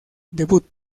debut